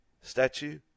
statue